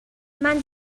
man